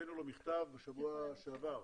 הוצאנו לו מכתב בשבוע שעבר